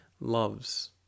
loves